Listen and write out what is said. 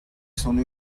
sono